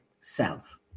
self